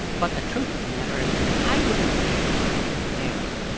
but the truth of the matter is, i wouldn't say it's unfair,